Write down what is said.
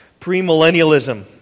premillennialism